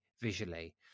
visually